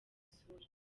isura